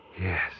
Yes